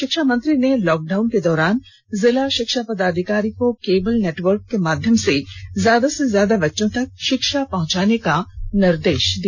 शिक्षा मंत्री ने लॉकडाउन के दौरान जिला शिक्षा पदाधिकारी को केबल नेटवर्क के माध्यम से ज्यादा से ज्यादा बच्चों तक शिक्षा पहंचाने का निर्देश दिया